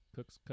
Cooks